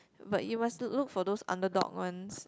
but you must look for those underdog ones